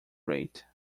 rate